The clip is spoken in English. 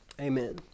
Amen